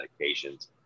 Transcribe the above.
medications